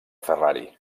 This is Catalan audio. ferrari